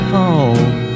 home